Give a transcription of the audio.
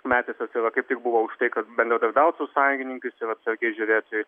metisas ir va kaip tik buvo už tai kad bendradarbiaut su sąjungininkais ir atsargiai žiūrėti